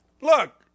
Look